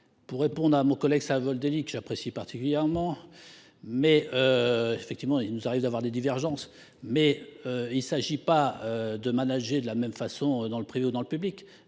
Pour répondre à mon collègue Savoldelli, que j’apprécie particulièrement même s’il nous arrive d’avoir des divergences, il ne s’agit pas de manager de la même façon dans le privé et dans le public.